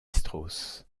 strauss